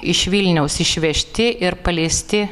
iš vilniaus išvežti ir paleisti